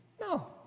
No